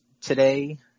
today